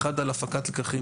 ואחד הוא על הפקת לקחים: